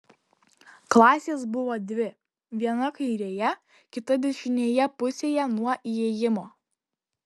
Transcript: klasės buvo dvi viena kairėje kita dešinėje pusėje nuo įėjimo